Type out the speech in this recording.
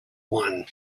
won